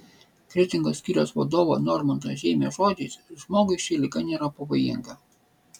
kretingos skyriaus vadovo normanto žeimio žodžiais žmogui ši liga nėra pavojinga